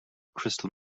crystal